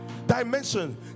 dimension